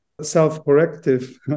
self-corrective